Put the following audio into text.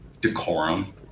decorum